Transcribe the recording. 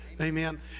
Amen